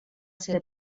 ser